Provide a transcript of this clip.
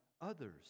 others